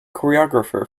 choreographer